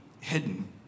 hidden